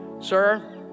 sir